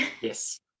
Yes